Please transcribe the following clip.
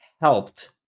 helped